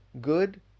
good